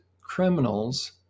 criminals